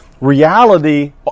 reality